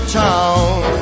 town